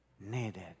needed